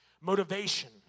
motivation